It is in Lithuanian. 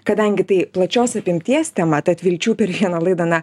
kadangi tai plačios apimties tema tad vilčių per vieną laidą na